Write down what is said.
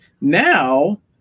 Now